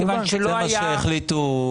זה מה שהחליטו.